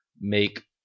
make